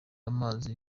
amazi